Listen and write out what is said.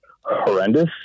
horrendous